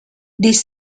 these